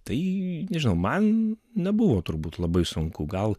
tai nežinau man nebuvo turbūt labai sunku gal